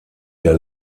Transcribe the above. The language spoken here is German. der